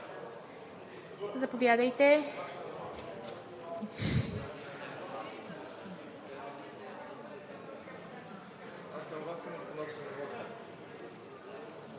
заповядайте